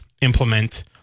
implement